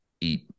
eat